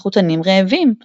המחתנים רעבים.”